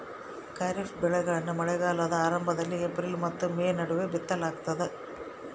ಖಾರಿಫ್ ಬೆಳೆಗಳನ್ನ ಮಳೆಗಾಲದ ಆರಂಭದಲ್ಲಿ ಏಪ್ರಿಲ್ ಮತ್ತು ಮೇ ನಡುವೆ ಬಿತ್ತಲಾಗ್ತದ